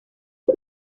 les